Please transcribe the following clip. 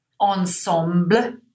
ensemble